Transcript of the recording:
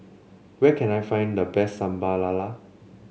where can I find the best Sambal Lala